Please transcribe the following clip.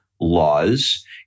laws